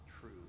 true